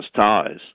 ties